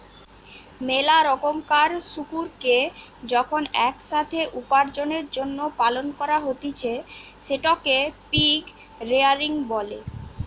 মেলা রোকমকার শুকুরকে যখন এক সাথে উপার্জনের জন্য পালন করা হতিছে সেটকে পিগ রেয়ারিং বলে